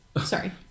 Sorry